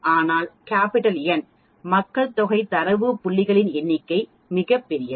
ஏனென்றால் N மக்கள்தொகை தரவு புள்ளிகளின் எண்ணிக்கை மிகப்பெரியது